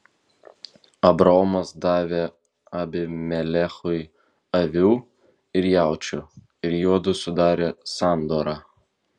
abraomas davė abimelechui avių ir jaučių ir juodu sudarė sandorą